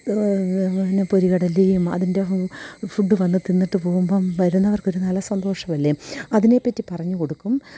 പിന്നെ പൊരിക്കടലയും അതിന്റെ ഫുഡ് വന്ന് തിന്നിട്ട് പോവുമ്പം വരുന്നവര്ക്കൊരു നല്ല സന്തോഷമല്ലേ അതിനെപ്പറ്റി പറഞ്ഞു കൊടുക്കും